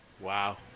wow